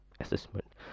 assessment